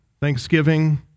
Thanksgiving